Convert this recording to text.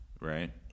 right